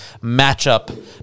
matchup